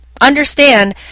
understand